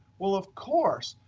well, of course,